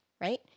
right